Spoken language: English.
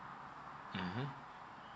mmhmm